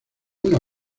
una